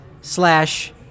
slash